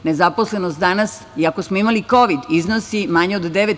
Nezaposlenost danas, iako smo imali kovid, iznosi manje od 9%